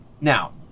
Now